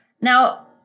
Now